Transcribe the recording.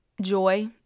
joy